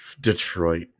Detroit